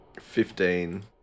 Fifteen